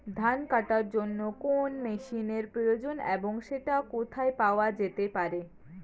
ধান কাটার জন্য কোন মেশিনের প্রয়োজন এবং সেটি কোথায় পাওয়া যেতে পারে?